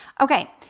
Okay